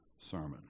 sermon